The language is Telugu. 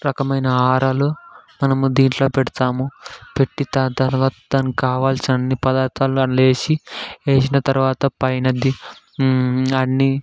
రకమైన ఆహారాలు మనము దీంట్లో పెడతాము పెట్టి దాని తర్వాత దానికి కావలసిన అన్ని పదార్ధాలూ అందులో వేసి వేసిన తర్వాత పైన దీ అన్నీ